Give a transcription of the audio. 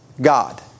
God